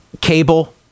cable